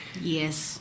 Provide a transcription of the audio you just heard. yes